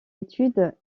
études